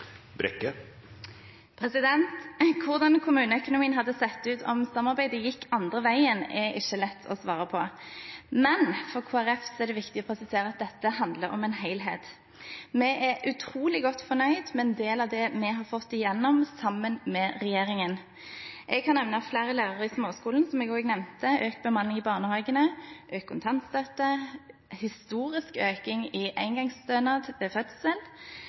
Hvordan kommuneøkonomien hadde sett ut om samarbeidet gikk andre veien, er ikke lett å svare på. Men for Kristelig Folkeparti er det viktig å presisere at dette handler om en helhet. Vi er utrolig godt fornøyd med en del av det vi har fått igjennom sammen med regjeringen. Jeg kan nevne flere lærere i småskolen, økt bemanning i barnehagene, økt kontantstøtte, historisk økning i engangsstønad ved fødsel,